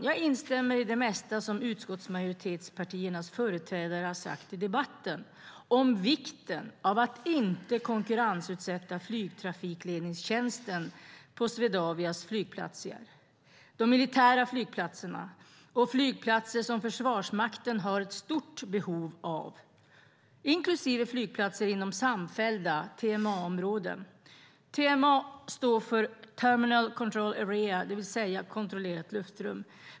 Jag instämmer i det mesta som utskottsmajoritetspartiernas företrädare har sagt i debatten om vikten av att inte konkurrensutsätta flygtrafikledningstjänsten på Swedavias flygplatser, de militära flygplatserna och flygplatser som Försvarsmakten har ett stort behov av, inklusive flygplatser inom samfällda TMA-områden. TMA står för Terminal Control Area, det vill säga kontrollerat luftrum.